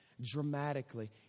dramatically